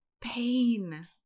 pain